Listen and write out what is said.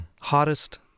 hottest